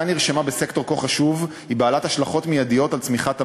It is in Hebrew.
ההאטה שנרשמה בסקטור כה חשוב היא בעלת השלכות מיידיות על צמיחת המשק.